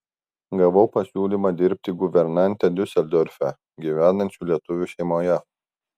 gavau pasiūlymą dirbti guvernante diuseldorfe gyvenančių lietuvių šeimoje